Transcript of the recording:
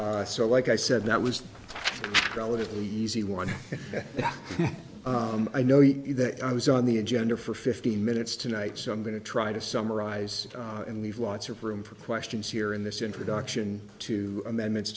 e so like i said that was relatively easy one i know you that i was on the agenda for fifteen minutes tonight so i'm going to try to summarize and leave lots of room for questions here in this introduction to amendments